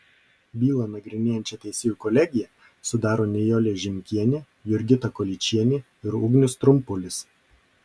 bylą nagrinėjančią teisėjų kolegiją sudaro nijolė žimkienė jurgita kolyčienė ir ugnius trumpulis